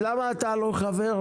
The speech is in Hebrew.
מרגי, למה אתה לא חבר?